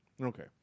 okay